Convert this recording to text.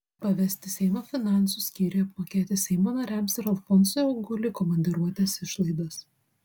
pavesti seimo finansų skyriui apmokėti seimo nariams ir alfonsui auguliui komandiruotės išlaidas